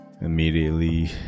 immediately